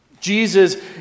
Jesus